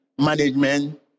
management